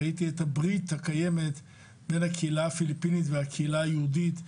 ראיתי את הברית הקיימת בין הקהילה הפיליפינית והקהילה היהודית,